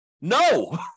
No